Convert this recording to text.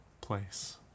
place